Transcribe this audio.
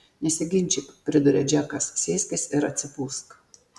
nesiginčyk priduria džekas sėskis ir atsipūsk